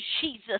jesus